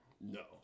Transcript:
No